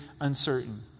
uncertain